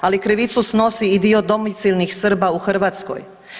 Ali krivicu snosi i dio domicilnih Srba u Hrvatskoj.